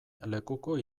lekuko